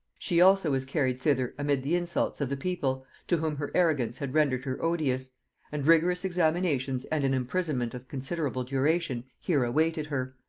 she also was carried thither amid the insults of the people, to whom her arrogance had rendered her odious and rigorous examinations and an imprisonment of considerable duration here awaited her.